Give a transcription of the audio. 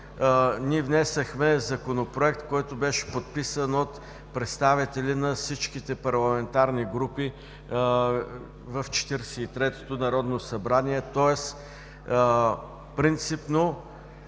ние внесохме Законопроект, който беше подписан от представители на всичките парламентарни групи в Четиридесет и третото народно събрание, тоест принципно